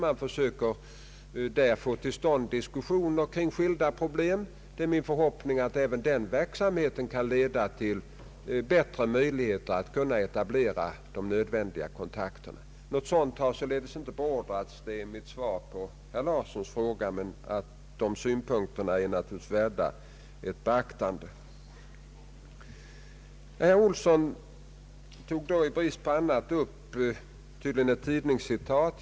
Man försöker där få till stånd diskussioner kring skilda problem. Det är min förhoppning att även den verksamheten kan leda till bättre möjligheter att etablera de nödvändiga kontakterna. Något sådant har alltså inte beordrats — det är mitt svar på herr Larssons fråga — men dessa synpunkter är naturligtvis värda beaktande. Herr Olsson tog då — tydligen i brist på annat — upp ett tidningscitat.